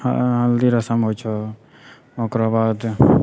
हऽ हल्दी रस्म होइ छौ ओकरा बाद